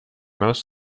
most